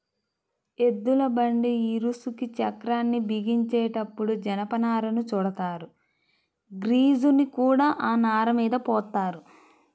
ఎద్దుల బండి ఇరుసుకి చక్రాల్ని బిగించేటప్పుడు జనపనారను చుడతారు, గ్రీజుని కూడా ఆ నారమీద పోత్తారు